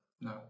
No